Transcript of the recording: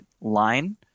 line